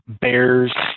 bears